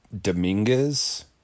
dominguez